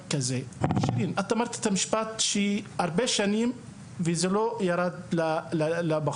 שירין, את אמרת את המשפט הזה וזה לא ירד לשטח,